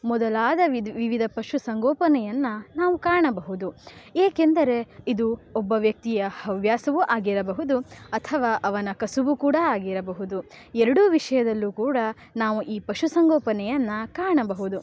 ಮೊದಲಾದ ವಿದ್ ವಿವಿಧ ಪಶುಸಂಗೋಪನೆಯನ್ನು ನಾವು ಕಾಣಬಹುದು ಏಕೆಂದರೆ ಇದು ಒಬ್ಬ ವ್ಯಕ್ತಿಯ ಹವ್ಯಾಸವೂ ಆಗಿರಬಹುದು ಅಥವಾ ಅವನ ಕಸುಬು ಕೂಡ ಆಗಿರಬಹುದು ಎರಡೂ ವಿಷಯದಲ್ಲೂ ಕೂಡ ನಾವು ಈ ಪಶುಸಂಗೋಪನೆಯನ್ನು ಕಾಣಬಹುದು